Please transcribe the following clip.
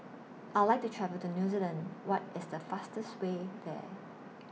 I Would like to travel to New Zealand What IS The fastest Way There